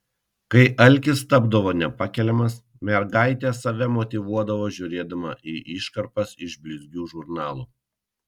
kai alkis tapdavo nepakeliamas mergaitė save motyvuodavo žiūrėdama į iškarpas iš blizgių žurnalų